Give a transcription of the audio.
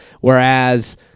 whereas